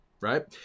Right